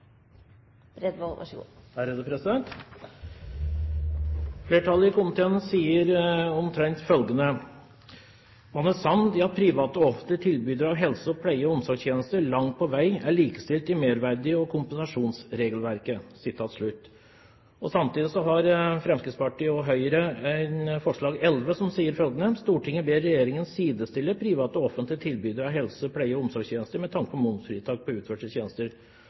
i at private og offentlege tilbydarar av helse-, pleie- og omsorgstenester langt på veg er likestilt i meirverdiavgifts- og kompensasjonsregelverket». Samtidig har Fremskrittspartiet og Høyre et forslag, forslag nr. 11, som lyder: «Stortinget ber regjeringen sidestille private og offentlige tilbydere av helse-, pleie- og omsorgstjenester, med tanke på momsfritak på utførte tjenester.»